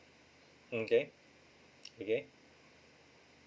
okay okay